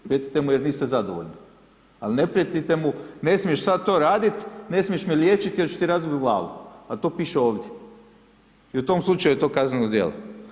Prijetite mu jer niste zadovoljni ali ne prijetite mu, ne smiješ sada to raditi, ne smiješ me liječiti jer ću ti razbiti glavu a to piše ovdje i u tom slučaju je to kazneno djelo.